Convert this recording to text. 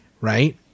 Right